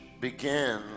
begins